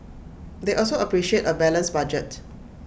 they also appreciate A balanced budget